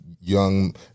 young